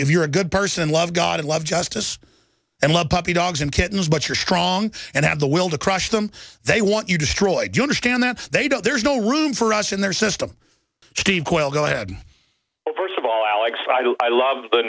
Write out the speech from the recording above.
if you're a good person love god and love justice and love puppy dogs and kittens but you're strong and have the will to crush them they want you destroyed you understand that they don't there's no room for us in their system steve well go ahead first of all alex i know i love the